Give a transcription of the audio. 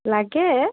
লাগে